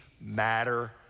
matter